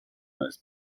neues